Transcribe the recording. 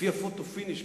"פוטו פיניש".